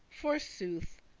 forsooth,